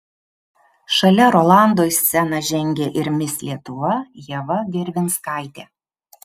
šalia rolando į sceną žengė ir mis lietuva ieva gervinskaitė